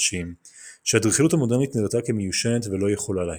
חדשים שהאדריכלות המודרנית נראתה כמיושנת ולא יכלה להם.